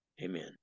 Amen